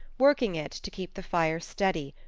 working it to keep the fire steady,